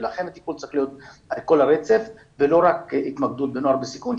לכן הטיפול צריך להיות על כל הרצף ולא רק התמקדות בנוער בסיכון,